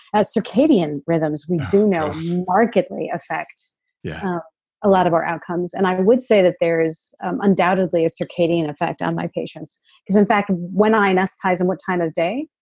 ah circadian rhythms we do know markedly affect yeah a lot of our outcomes and i would say that there's undoubtedly a circadian effect on my patients because in fact, when i ask them what time of day,